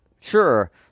Sure